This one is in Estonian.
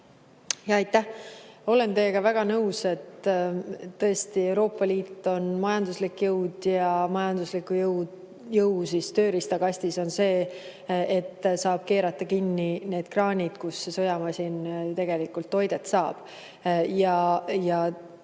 Aitäh! Olen teiega väga nõus, et tõesti, Euroopa Liit on majanduslik jõud ja majandusliku jõu tööriistakastis on see, et saab keerata kinni need kraanid, kust see sõjamasin tegelikult toidet saab. Euroopa